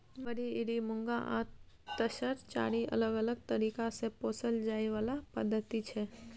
mulberry, eri, muga आ तसर चारि अलग अलग तरीका सँ पोसल जाइ बला पद्धति छै